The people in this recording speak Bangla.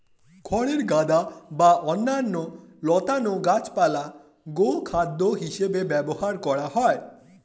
খড়ের গাদা বা অন্যান্য লতানো গাছপালা গোখাদ্য হিসেবে ব্যবহার করা হয়